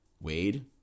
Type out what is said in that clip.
Wade